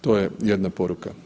To je jedna poruka.